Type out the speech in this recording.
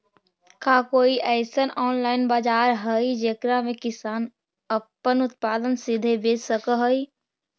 का कोई अइसन ऑनलाइन बाजार हई जेकरा में किसान अपन उत्पादन सीधे बेच सक हई?